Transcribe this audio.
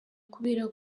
kubera